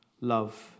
Love